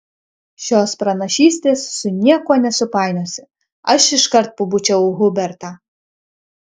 šios pranašystės su niekuo nesupainiosi aš iškart pabučiavau hubertą